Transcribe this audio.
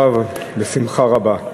בכבוד רב, בשמחה רבה.